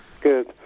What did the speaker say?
Good